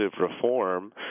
reform